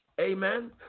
amen